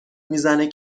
میزنه